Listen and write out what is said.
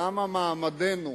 למה מעמדנו